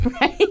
Right